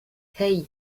hey